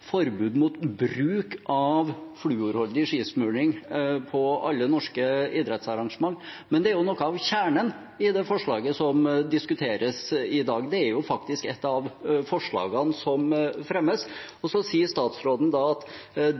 forbud mot bruk av fluorholdig skismøring på alle norske idrettsarrangementer. Men det er jo noe av kjernen i det forslaget som diskuteres i dag. Det er jo faktisk et av forslagene som fremmes. Og så sier statsråden da at